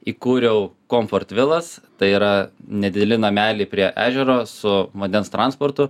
įkūriau komfortvilas tai yra nedideli nameliai prie ežero su vandens transportu